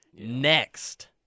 Next